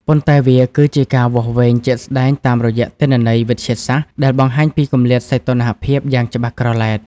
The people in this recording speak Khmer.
ប៉ុន្តែវាគឺជាការវាស់វែងជាក់ស្ដែងតាមរយៈទិន្នន័យវិទ្យាសាស្ត្រដែលបង្ហាញពីគម្លាតសីតុណ្ហភាពយ៉ាងច្បាស់ក្រឡែត។